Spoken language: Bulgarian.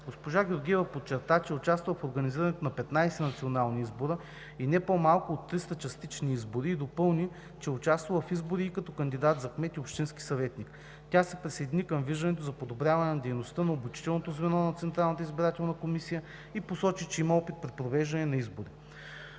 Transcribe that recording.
Госпожа Георгиева подчерта, че е участвала в организирането на 15 национални избора и не по-малко от 300 нови и частични местни избора и допълни, че е участвала в избори и като кандидат за кмет и общински съветник. Тя се присъедини към виждането за подобряване на дейността на обучителното звено на Централната избирателна комисия и посочи, че има опит при провеждане на избори.